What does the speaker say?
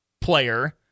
player